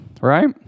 right